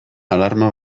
alarma